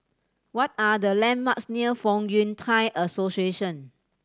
what are the landmarks near Fong Yun Thai Association